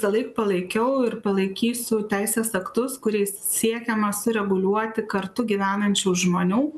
visąlaik palaikiau ir palaikysiu teisės aktus kuriais siekiama sureguliuoti kartu gyvenančių žmonių